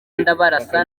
ndabarasa